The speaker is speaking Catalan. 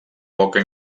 poca